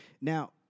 Now